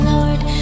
Lord